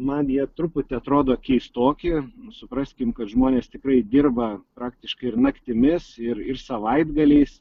man jie truputį atrodo keistoki nu supraskim kad žmonės tikrai dirba praktiškai ir naktimis ir ir savaitgaliais